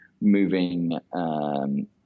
moving